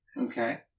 Okay